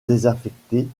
désaffectée